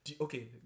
Okay